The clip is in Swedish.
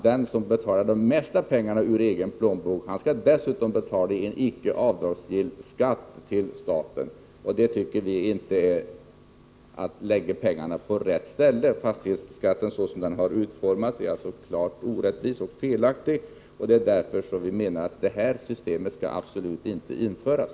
Den som betalar mest pengar ur egen plånbok skulle med regeringens förslag dessutom betala en icke avdragsgill skatt till staten. Det är icke att lägga pengarna på rätt ställe. Fastighetsskatten såsom den nu har utformats är klart orättvis och felaktig. Det är därför som vi menar att det av regeringen föreslagna systemet absolut inte skall införas.